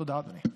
תודה, אדוני.